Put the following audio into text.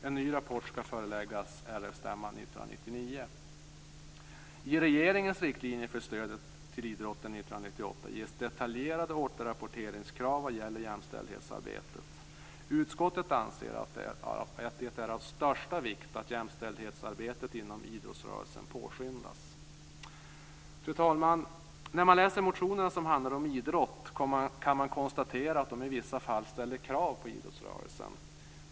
En ny rapport skall föreläggas RF-stämman 1999. ges detaljerade återrapporteringskrav vad gäller jämställdhetsarbetet. Utskottet anser att det är av största vikt att jämställdhetsarbetet inom idrottsrörelsen påskyndas. Fru talman! När man läser motionerna som handlar om idrott kan man konstatera att de i vissa fall ställer krav på idrottsrörelsen.